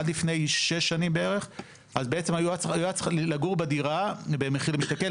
עד לפני שש שנים הוא היה צריך לגור בדירה במחיר למשתכן,